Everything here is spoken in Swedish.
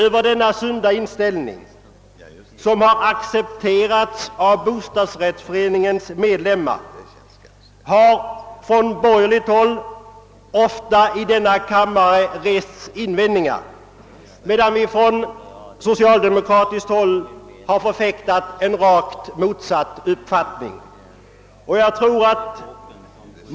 Mot denna sunda inställning, som har accepterats av bostadsrättsföreningarnas medlemmar, har man från borgerligt håll ofta i denna kammare rest invändningar, medan vi från socialdemokratiskt håll har förfäktat en rakt motsatt uppfattning.